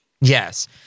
Yes